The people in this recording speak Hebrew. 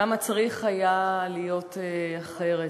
כמה צריך היה להיות אחרת.